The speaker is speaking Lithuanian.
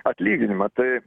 atlyginimą tai